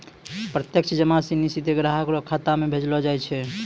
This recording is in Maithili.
प्रत्यक्ष जमा सिनी सीधे ग्राहक रो खातो म भेजलो जाय छै